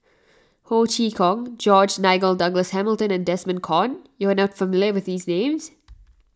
Ho Chee Kong George Nigel Douglas Hamilton and Desmond Kon you are not familiar with these names